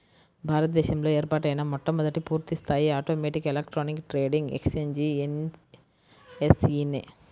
భారత దేశంలో ఏర్పాటైన మొట్టమొదటి పూర్తిస్థాయి automatic electronic trading exchange NSE నే